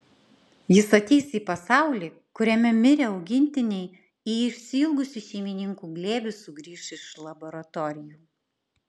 jis ateis į pasaulį kuriame mirę augintiniai į išsiilgusių šeimininkų glėbį sugrįš iš laboratorijų